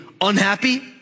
unhappy